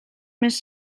més